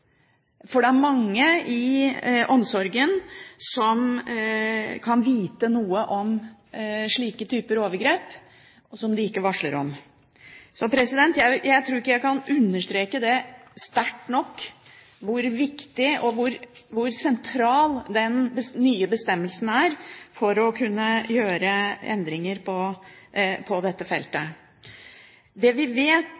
Det er mange i omsorgen som kan vite noe om slike typer overgrep, som de ikke varsler om. Jeg tror ikke jeg kan understreke sterkt nok hvor viktig og sentral den nye bestemmelsen er for å kunne gjøre endringer på dette